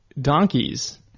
Donkeys